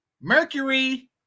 Mercury